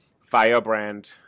firebrand